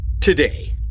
Today